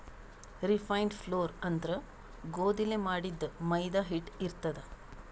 refined flour ಅಂದ್ರ ಗೋಧಿಲೇ ಮಾಡಿದ್ದ್ ಮೈದಾ ಹಿಟ್ಟ್ ಇರ್ತದ್